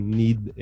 need